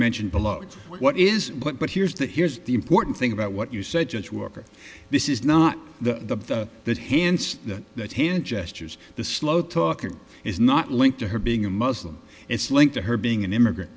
mentioned below what is what but here's the here's the important thing about what you said judge walker this is not the that hints that that hand gestures the slow talking is not linked to her being a muslim it's linked to her being an immigrant